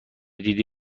دیدی